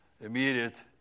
immediate